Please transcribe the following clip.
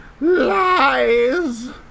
lies